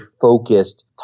focused